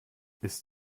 ist